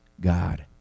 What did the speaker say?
God